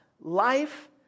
life